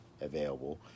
available